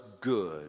good